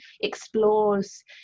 explores